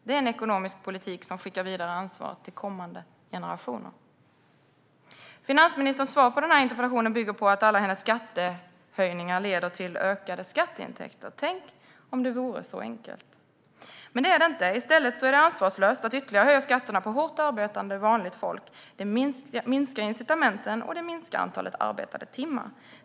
Det är en ekonomisk politik som skickar vidare ansvaret till kommande generationer. Finansministerns svar på interpellationen bygger på att alla hennes skattehöjningar leder till ökade skatteintäkter. Tänk om det vore så enkelt! I stället är det ansvarslöst att ytterligare höja skatterna för hårt arbetande vanligt folk. Det minskar incitamenten, och det minskar antalet arbetade timmar.